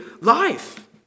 life